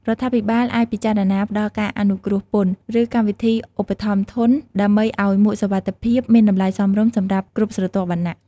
រដ្ឋាភិបាលអាចពិចារណាផ្ដល់ការអនុគ្រោះពន្ធ ឬកម្មវិធីឧបត្ថម្ភធន ដើម្បីឱ្យមួកសុវត្ថិភាពមានតម្លៃសមរម្យសម្រាប់គ្រប់ស្រទាប់វណ្ណៈ។